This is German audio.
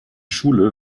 schule